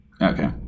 okay